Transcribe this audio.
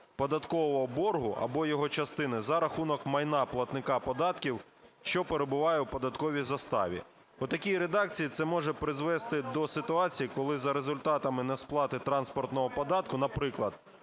податкового боргу або його частини за рахунок майна платника податків, що перебуває в податковій заставі. У такій редакції це може призвести до ситуації, коли за результатами несплати транспортного податку, наприклад,